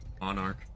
monarch